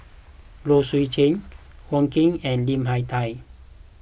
Low Swee Chen Wong Keen and Lim Hak Tai